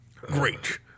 Great